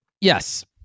Yes